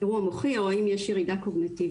אירוע מוחי או האם ישנה ירידה קוגניטיבית.